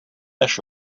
než